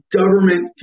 government